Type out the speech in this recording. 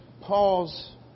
Paul's